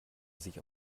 sich